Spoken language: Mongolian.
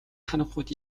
харанхуйд